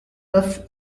neuf